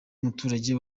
umuturage